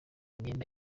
imyenda